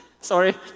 Sorry